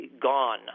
gone